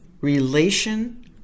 relation